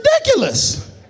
ridiculous